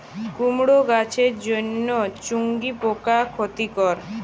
কুমড়ো গাছের জন্য চুঙ্গি পোকা ক্ষতিকর?